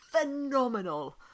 phenomenal